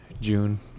June